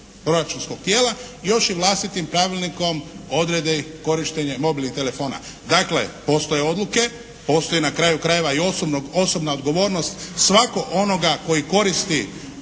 proračunskog tijela još i vlastitim pravilnikom odredi korištenje mobilnih telefona. Dakle, postoje odluke, postoji na kraju krajeva i osobna odgovornost svakog onoga koji koristi